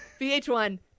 VH1